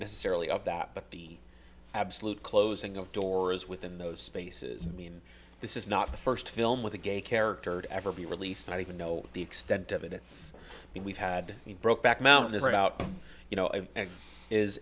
necessarily of that but the absolute closing of door is within those spaces i mean this is not the first film with a gay character to ever be released not even know the extent of it it's been we've had brokeback mountain is it out you know